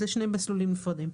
אלה שני מסלולים נפרדים.